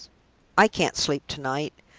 i can't sleep to-night.